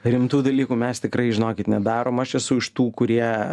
rimtų dalykų mes tikrai žinokit nedarom aš esu iš tų kurie